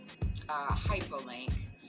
Hyperlink